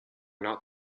not